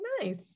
nice